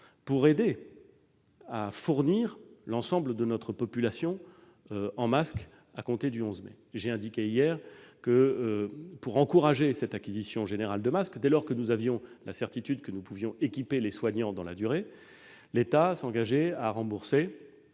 pour aider à fournir l'ensemble de notre population à compter du 11 mai prochain, j'ai indiqué hier que, pour encourager cette acquisition générale, dès lors que nous avions la certitude que nous pouvions équiper les soignants dans la durée, l'État s'engageait à accompagner